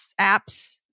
apps